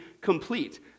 complete